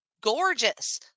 gorgeous